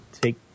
take